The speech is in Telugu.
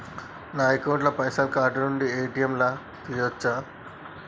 అకౌంట్ ల పైసల్ కార్డ్ నుండి ఏ.టి.ఎమ్ లా తియ్యచ్చా?